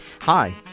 Hi